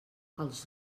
els